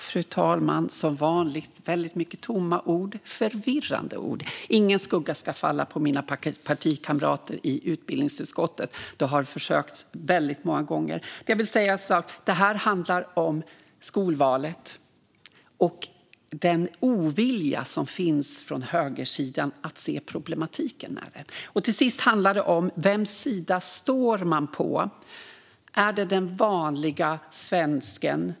Fru talman! Som vanligt är det väldigt mycket tomma ord - och förvirrande ord. Ingen skugga ska falla över mina partikamrater i utbildningsutskottet. Det har försökts väldigt många gånger. Jag vill säga att detta handlar om skolvalet och den ovilja som finns från högersidan att se problematiken med det. Till sist handlar det om vems sida man står på. Står man på den vanliga svenskens sida?